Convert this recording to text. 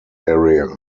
area